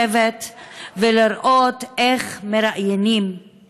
זה מצמרר לשבת ולראות איך מראיינים מחבל,